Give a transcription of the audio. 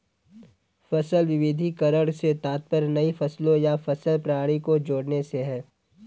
फसल विविधीकरण से तात्पर्य नई फसलों या फसल प्रणाली को जोड़ने से है